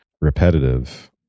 repetitive